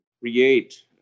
create